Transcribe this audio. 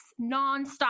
nonstop